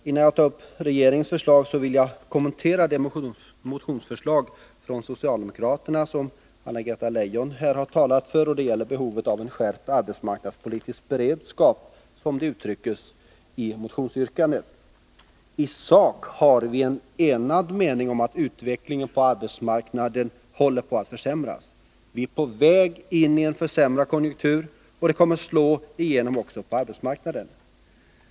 Innan jag tar upp regeringens förslag vill jag kommentera det motionsförslag från socialdemokraterna som Anna-Greta Leijon här har talat för och som gäller, som det uttrycks i motionsyrkandet, behovet av en skärpt arbetsmarknadspolitisk beredskap. I sak är vi ense om att utvecklingen på arbetsmarknaden håller på att försämras. Vi är på väg in i en försämrad konjunktur, och det kommer att slå igenom också på arbetsmarknaden.